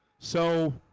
so